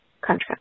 contract